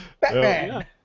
Batman